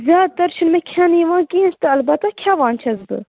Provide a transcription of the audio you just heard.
زیادٕ تَر چھُنہٕ مےٚ کھٮ۪نہٕ یِوان کیٚنٛہہ تہٕ اَلبتہ کھٮ۪وان چھَس بہٕ